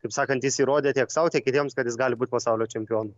taip sakant jis įrodė tiek sau tiek kitiems kad jis gali būt pasaulio čempionu